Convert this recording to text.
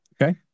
Okay